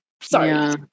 sorry